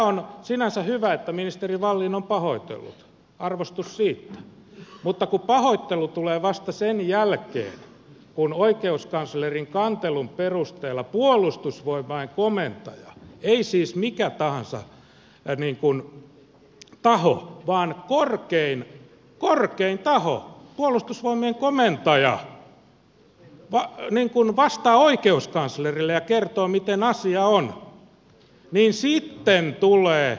on sinänsä hyvä että ministeri wallin on pahoitellut arvostus siitä mutta kun pahoittelu tulee vasta sen jälkeen kun oikeuskanslerin kantelun perusteella puolustusvoimain komentaja ei siis mikä tahansa taho vaan korkein taho puolustusvoimien komentaja vastaa oikeuskanslerille ja kertoo miten asia on niin sitten tulee tunnustus ja tieto